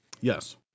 Yes